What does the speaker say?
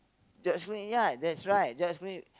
judge me ya that's right judge me